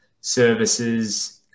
services